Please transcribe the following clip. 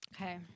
Okay